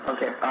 Okay